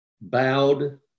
bowed